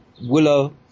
willow